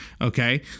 okay